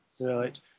right